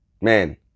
Man